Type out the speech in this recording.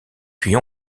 puis